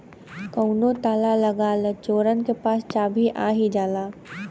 कउनो ताला लगा ला चोरन के पास चाभी आ ही जाला